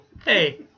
Hey